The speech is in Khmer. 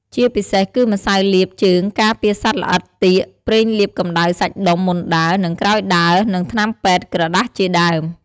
ជាពិសេសគឺម្ស៉ៅលាបជើងការពារសត្វល្អិតទៀក ប្រេងលាបកំដៅសាច់ដុំមុនដើរ និងក្រោយដើរ និងថ្នាំពេទ្យ ក្រដាសជាដើម។